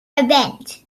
event